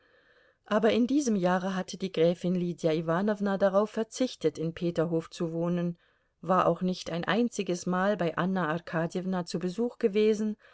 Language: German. aber in diesem jahre hatte die gräfin lydia iwanowna darauf verzichtet in peterhof zu wohnen war auch nicht ein einziges mal bei anna arkadjewna zu besuch gewesen